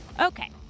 okay